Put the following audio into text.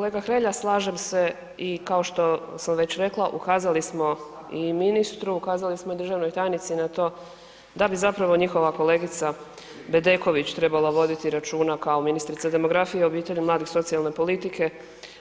Kolega Hrelja, slažem se i kao što sam već rekla, ukazali smo i ministru, ukazali smo i državnoj tajnici na to da bi zapravo njihova kolegica Bedeković trebala voditi računa kao ministrica demografije, obitelji, mladih i socijalne politike